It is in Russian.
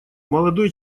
молодой